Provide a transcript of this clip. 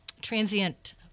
transient